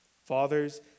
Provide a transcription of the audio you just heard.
Fathers